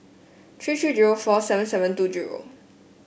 three three zero four seven seven two zero